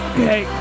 Okay